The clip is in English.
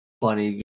funny